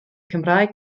cymraeg